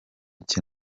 cye